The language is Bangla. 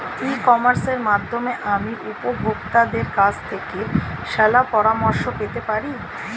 ই কমার্সের মাধ্যমে আমি উপভোগতাদের কাছ থেকে শলাপরামর্শ পেতে পারি?